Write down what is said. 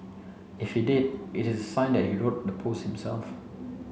if he did it is a sign that he wrote the post himself